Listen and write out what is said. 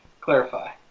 Clarify